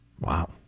Wow